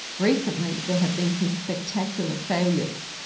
recently there have been some spectacular failures,